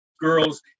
girls